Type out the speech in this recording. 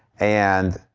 and,